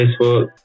Facebook